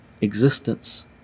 existence